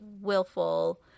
willful